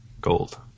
gold